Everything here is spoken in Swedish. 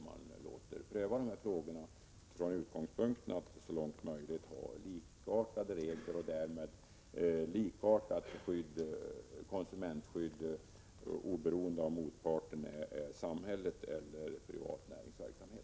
Man bör pröva frågorna från utgångspunkten att skapa så långt möjligt likartade regler och därmed likartat konsumentskydd oberoende av om motparten är samhället eller privat näringsverksamhet.